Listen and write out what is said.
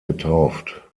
getauft